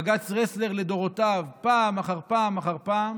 בג"ץ רסלר לדורותיו, פעם אחר פעם אחר פעם